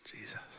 Jesus